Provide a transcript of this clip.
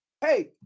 Hey